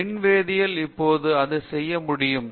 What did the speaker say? மின் வேதியியல் இப்போது அது செய்ய முடியும்